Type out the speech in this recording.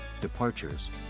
departures